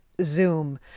Zoom